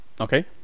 Okay